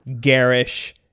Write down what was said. garish